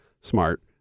smart